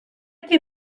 дві